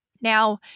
Now